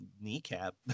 kneecap